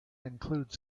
include